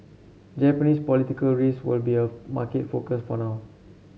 Japanese political risk will be a market focus for now